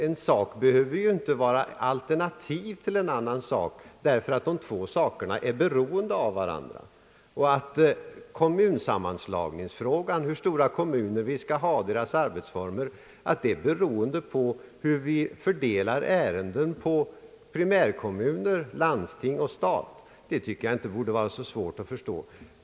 En sak behöver ju inte vara ett alternativ till en annan sak därför att de två sakerna är beroende av varandra. Att kommunsammanslagningsfrågan — hur stora kommunerna skall vara och under vilka former de skall arbeta — sammanhänger med hur' uppgifterna fördelas på primärkommuner, landsting och stat Ang. ändring i kommunindelningen tycker jag inte borde vara så svårt att förstå.